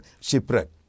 shipwreck